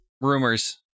Rumors